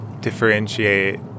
differentiate